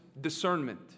discernment